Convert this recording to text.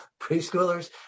preschoolers